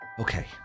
okay